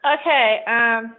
okay